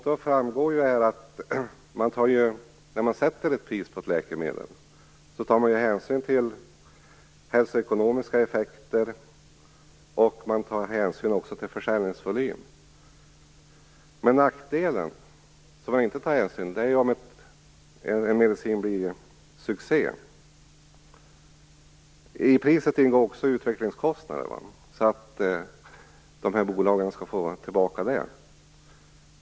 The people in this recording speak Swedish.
Det framgår här att när man sätter ett pris på ett läkemedel tar man hänsyn till hälsoekonomiska effekter och försäljningsvolym, men man tar inte hänsyn till om en medicin blir en succé. I priset ingår också utvecklingskostnader för att bolagen skall få tillbaka dessa.